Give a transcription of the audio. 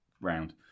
round